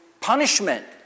punishment